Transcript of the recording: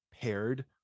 paired